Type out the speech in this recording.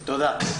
תודה.